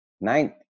ninth